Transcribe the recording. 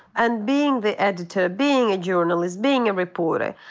and being the editor, being a journalist, being a reporter,